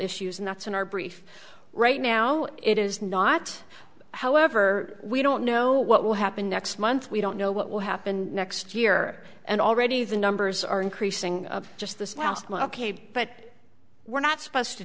issues and that's in our brief right now it is not however we don't know what will happen next month we don't know what will happen next year and already the numbers are increasing just the paid but we're not supposed to